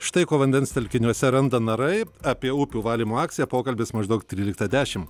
štai ko vandens telkiniuose randa narai apie upių valymo akciją pokalbis maždaug tryliktą dešim